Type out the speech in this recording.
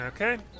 Okay